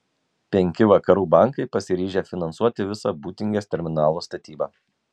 penki vakarų bankai pasiryžę finansuoti visą būtingės terminalo statybą